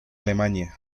alemania